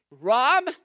Rob